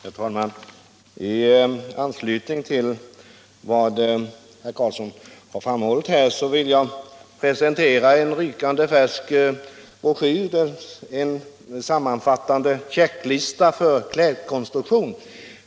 Herr talman! I anslutning till vad herr Karlsson i Malung här har framhållit vill jag presentera en rykande färsk broschyr, som kan sägas vara en sammanfattande checklista för klädkonstruktion.